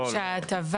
שההטבה